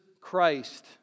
Christ